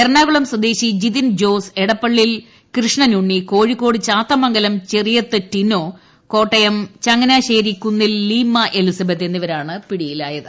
എറണാകുളം സ്വദേശി ജിതിൻ ജോസ് എടപ്പള്ളിൽ കൃഷ്ണനുണ്ണി കോഴിക്കോട് ചാത്തമംഗലം ചെറിയത്ത് ടിനോ കോട്ടയം ചങ്ങനാശേരി കുന്നിൽ ലീമ എലിസബത്ത് എന്നിവരാണ് പിടിയിലായത്